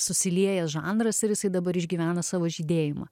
susiliejęs žanras ir jisai dabar išgyvena savo žydėjimą